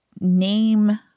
name